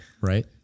Right